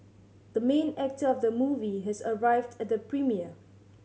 the main actor of the movie has arrived at the premiere